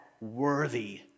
worthy